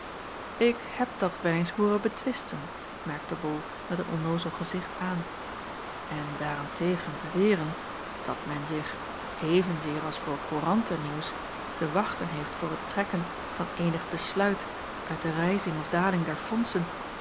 ik heb dat wel eens hooren betwisten merkte bol met een onnoozel gezicht aan en daar-en-tegen beweren dat men zich evenzeer als voor courante nieuws te wachten heeft voor het trekken van eenig besluit uit de rijzing of daling der fondsen